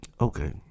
okay